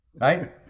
right